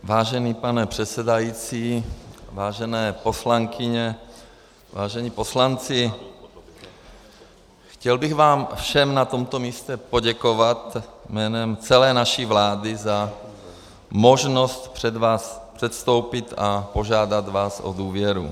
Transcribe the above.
Vážený pane předsedající, vážené poslankyně, vážení poslanci, chtěl bych vám všem na tomto místě poděkovat jménem celé naší vlády za možnost před vás předstoupit a požádat vás o důvěru.